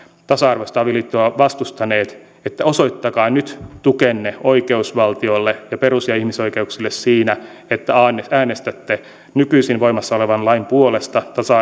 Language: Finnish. tasa arvoista avioliittoa vastustaneet että osoittakaa nyt tukenne oikeusvaltiolle ja perus ja ihmisoikeuksille siinä että äänestätte nykyisin voimassa olevan lain puolesta tasa